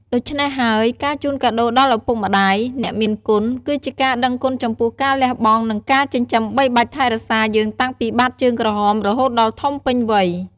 ដូច្នេះហើយ ការជូនកាដូរដល់ឪពុកម្តាយ (អ្នកមានគុណ) គឺជាការដឹងគុណចំពោះការលះបង់ និងការចិញ្ចឹមបីបាច់ថែរក្សាយើងតាំងពីបាតជើងក្រហមរហូតដល់ធំពេញវ័យ។